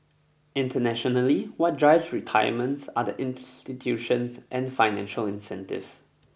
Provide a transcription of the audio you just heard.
internationally what drives retirements are the institutions and financial incentives